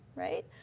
right?